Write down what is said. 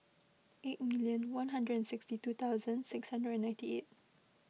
eight million one hundred and sixty two thousand six hundred and ninety eight